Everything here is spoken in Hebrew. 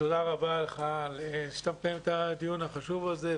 תודה רבה לך על שאתה מקיים את הדיון החשוב הזה,